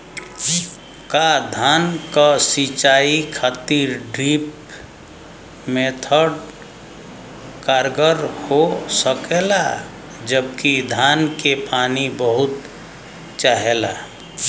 का धान क सिंचाई खातिर ड्रिप मेथड कारगर हो सकेला जबकि धान के पानी बहुत चाहेला?